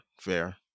fair